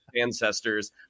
ancestors